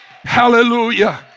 Hallelujah